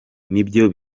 nibyo